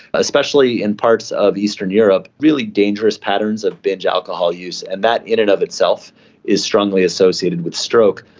especially in parts of eastern europe, really dangerous patterns of binge alcohol use. and that in and of itself is strongly associated with stroke.